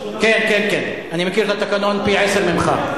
כן, כן, כן, אני מכיר את התקנון פי-עשרה טוב ממך.